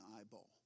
eyeball